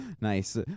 Nice